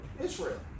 Israel